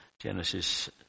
Genesis